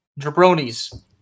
Jabronis